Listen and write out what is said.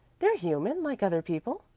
they're human, like other people,